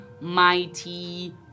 mighty